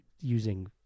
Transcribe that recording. using